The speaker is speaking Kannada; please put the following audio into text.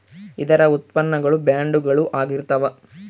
ಇದರ ಉತ್ಪನ್ನ ಗಳು ಬಾಂಡುಗಳು ಆಗಿರ್ತಾವ